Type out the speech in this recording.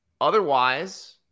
otherwise